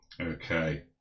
Okay